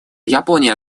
япония